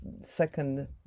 second